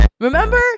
Remember